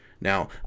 Now